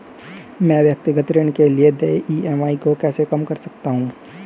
मैं व्यक्तिगत ऋण के लिए देय ई.एम.आई को कैसे कम कर सकता हूँ?